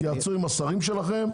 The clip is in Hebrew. תתייעצו עם השרים שלכם.